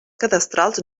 cadastrals